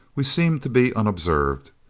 we seemed to be unobserved.